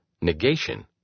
negation